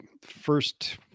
first